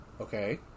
Okay